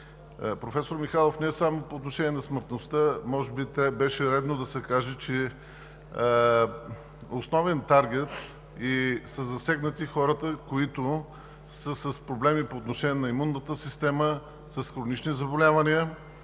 Професор Михайлов, не само по отношение на смъртността. Може би беше редно да се каже, че основен таргет са засегнатите хора, възрастните хора, които са с проблеми по отношение на имунната система, с хронични заболявания.